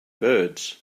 birds